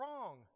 Wrong